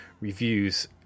reviews